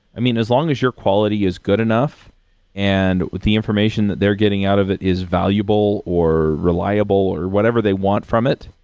i mean, as long as your quality is good enough and the information that they're getting out of it is valuable or reliable or whatever they want from it,